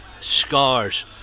Scars